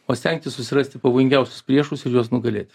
o stengtis susirasti pavojingiausius priešus ir juos nugalėti